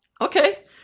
Okay